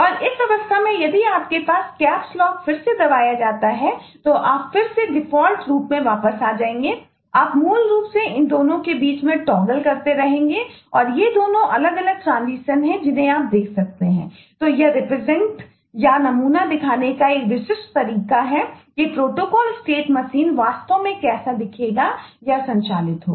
और इस अवस्था में यदि आपके पास कैप्स लॉक वास्तव में कैसा दिखेगा या संचालित होगा